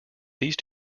these